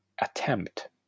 attempt